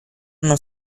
non